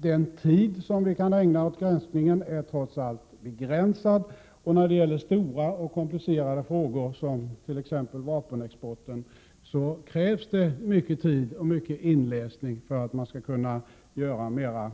Den tid vi kan ägna åt granskningen är trots allt begränsad. När det gäller stora och komplicerade frågor som t.ex. vapenexporten krävs mycken tid och inläsning för att man i betänkandet skall kunna avge mer